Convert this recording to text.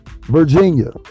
Virginia